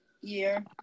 year